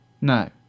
No